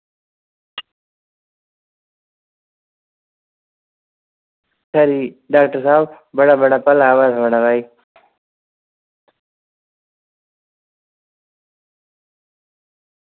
कोई डॉक्टर साहब बड़ा बड़ा भला होऐ थुआढ़ा कोई